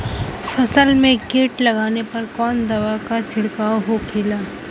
फसल में कीट लगने पर कौन दवा के छिड़काव होखेला?